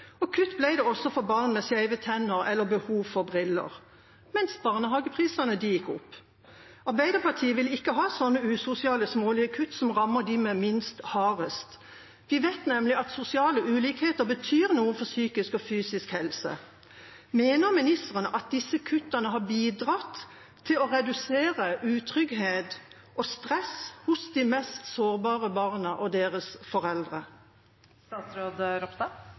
Kutt ble det også for barn med skeive tenner eller behov for briller, mens barnehageprisene gikk opp. Arbeiderpartiet vil ikke ha sånne usosiale, smålige kutt som rammer dem med minst, hardest. Vi vet nemlig at sosiale ulikheter betyr noe for psykisk og fysisk helse. Mener ministeren at disse kuttene har bidratt til å redusere utrygghet og stress hos de mest sårbare barna og deres